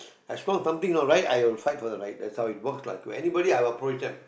as long something not right I will fight for the right that's how it works lah to anybody I will approach them